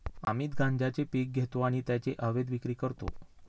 अमित गांजेचे पीक घेतो आणि त्याची अवैध विक्री करतो